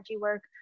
work